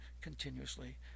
continuously